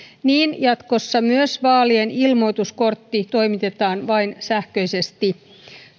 niin jatkossa myös vaalien ilmoituskortti toimitetaan vain sähköisesti